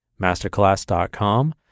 masterclass.com